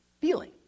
feeling